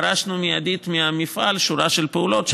דרשנו מיידית מהמפעל שורה של פעולות,